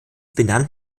benannt